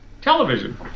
Television